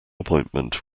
appointment